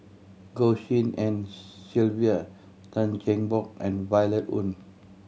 Goh Tshin En Sylvia Tan Cheng Bock and Violet Oon